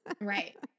Right